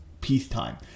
peacetime